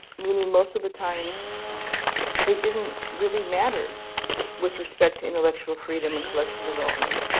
meaning most of the time they didn't really matter with respect to intellectual freedom and collection development.